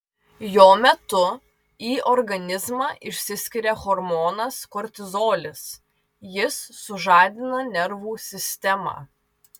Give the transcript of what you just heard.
jo metu į organizmą išsiskiria hormonas kortizolis jis sužadina nervų sistemą